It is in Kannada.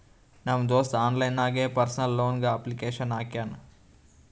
ನಮ್ ದೋಸ್ತ ಆನ್ಲೈನ್ ನಾಗೆ ಪರ್ಸನಲ್ ಲೋನ್ಗ್ ಅಪ್ಲಿಕೇಶನ್ ಹಾಕ್ಯಾನ್